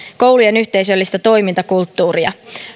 koulujen yhteisöllistä toimintakulttuuria